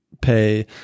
pay